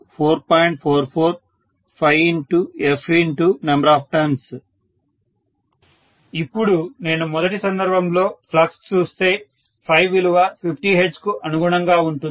professor విద్యార్థి సంభాషణ ముగుస్తుంది ఇప్పుడు నేను మొదటి సందర్భంలో ఫ్లక్స్ చూస్తే విలువ 50 హెర్ట్జ్కు అనుగుణంగా ఉంటుంది